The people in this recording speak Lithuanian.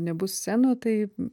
nebus scenų tai